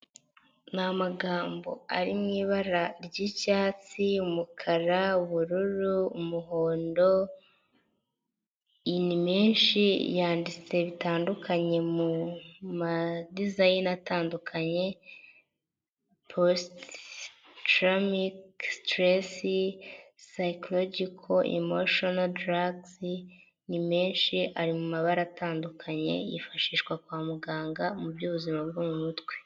Nta magambo ari mu ibara ry'icyatsi umukara ubururu umuhondo nimenshi yanditse bitandukanye mu madizayina atandukanye post, tramic, stress, cyyclogiycal , imotional drags, ni menshi ari mumabara atandukanye yifashishwa kwa muganga mu byubuzima bwo mu mutwe.